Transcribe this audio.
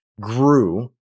grew